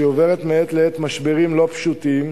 שעוברת מעת לעת משברים לא פשוטים.